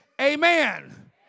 amen